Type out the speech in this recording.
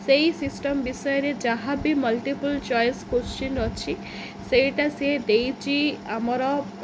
ସେଇ ସିଷ୍ଟମ ବିଷୟରେ ଯାହା ବିି ମଲ୍ଟିପୁଲ୍ ଚଏସ୍ କୋଶ୍ଚନ୍ ଅଛି ସେଇଟା ସିଏ ଦେଇଛି ଆମର